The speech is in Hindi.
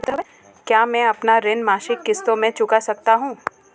क्या मैं अपना ऋण मासिक किश्तों में चुका सकता हूँ?